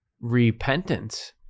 repentance